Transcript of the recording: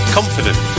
confident